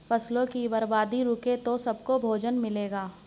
फसलों की बर्बादी रुके तो सबको भोजन मिलेगा